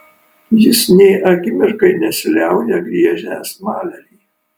jis nė akimirkai nesiliauja griežęs malerį